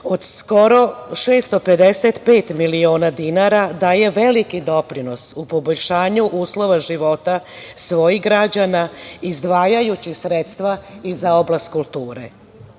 od skoro 655 miliona dinara, daje veliki doprinos u poboljšanju uslova života svojih građana izdvajajući sredstva i za oblast kulture.